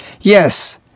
Yes